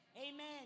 Amen